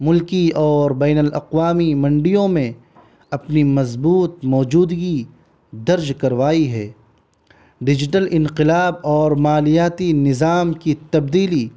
ملکی اور بین الاقوامی منڈیوں میں اپنی مضبوط موجودگی درج کروائی ہے ڈیجیٹل انقلاب اور مالیاتی نظام کی تبدیلی